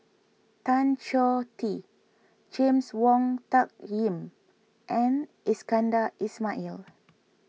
Tan Choh Tee James Wong Tuck Yim and Iskandar Ismail